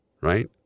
right